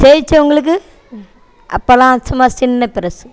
ஜெயிச்சவங்களுக்கு அப்போல்லாம் சும்மா சின்ன பரிசு